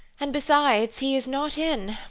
and besides, he is not in.